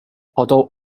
although